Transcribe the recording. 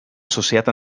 associat